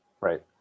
Right